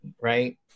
right